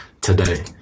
today